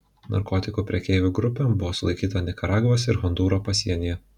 narkotikų prekeivų grupė buvo sulaikyta nikaragvos ir hondūro pasienyje